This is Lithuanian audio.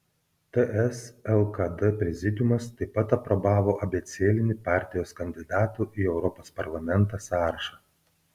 ts lkd prezidiumas taip pat aprobavo abėcėlinį partijos kandidatų į europos parlamentą sąrašą